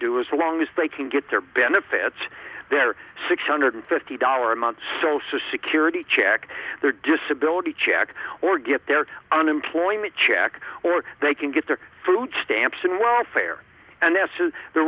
do as long as they can get their benefits that are six hundred fifty dollars a month so security check their disability check or get their unemployment check or they can get their food stamps and welfare and this is the